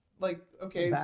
like okay, yeah